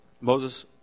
Moses